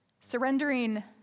Surrendering